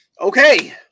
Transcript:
Okay